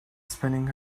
spinning